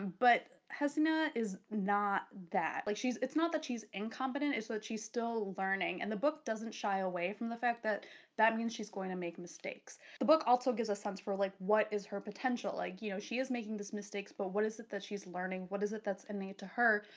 but hesina is not that. like she's. it's not that she's incompetent it's that she's still learning and the book doesn't shy away from the fact that that means she's going to make mistakes. the book also gives a sense for like what is her potential, like you know she is making this mistakes, but what is it that she's learning, what is it that's an aid to her,